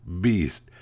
beast